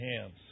hands